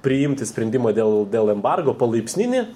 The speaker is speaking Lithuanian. priimti sprendimą dėl dėl embargo palaipsninį